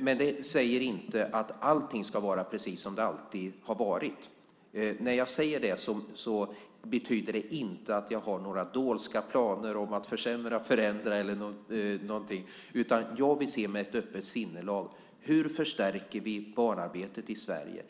Men det säger inte att allting ska vara precis som det alltid har varit. När jag säger det betyder det inte att jag har några dolska planer om att försämra, förändra eller någonting sådant, utan jag vill med ett öppet sinnelag se: Hur förstärker vi barnarbetet i Sverige?